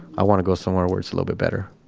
i want to go somewhere where it's a little bit better.